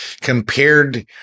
compared